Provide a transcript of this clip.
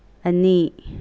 ꯑꯅꯤ